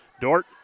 Dort